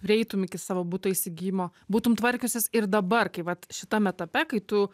prieitum iki savo buto įsigijimo būtum tvarkiusis ir dabar kai vat šitam etape kai tu